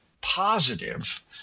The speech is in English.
positive